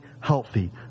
healthy